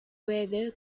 weather